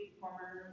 former